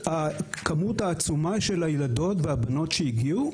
הכמות העצומה של הילדות והבנות שהגיעו,